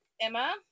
Emma